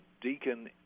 Deacon